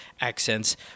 accents